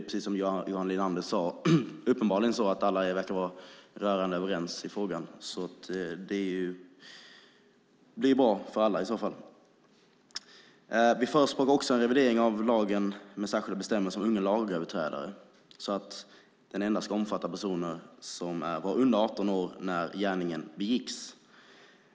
Men som Johan Linander sade verkar alla vara rörande överens i denna fråga, och det är ju bra. Vi förespråkar också en revidering av lagen med särskilda bestämmelser om unga lagöverträdare så att den endast ska omfatta personer som var under 18 år när gärningen begicks.